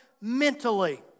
mentally